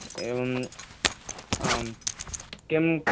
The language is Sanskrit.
एवं आम् किम्